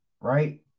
right